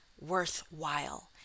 worthwhile